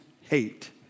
hate